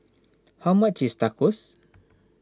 how much is Tacos